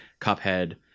Cuphead